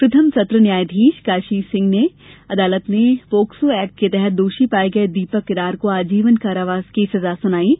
प्रथम सत्र न्यायाधीश काशीनाथ सिंह की अदालत ने पॉक्सो एक्ट के तहत दोषी पाये गये दीपक किरार को आजीवन कारावास की सजा भी सुनाई है